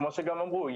כמו שכבר אמרו,